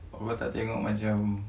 awak tak tengok macam